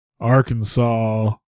Arkansas